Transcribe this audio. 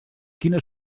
quina